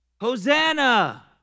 Hosanna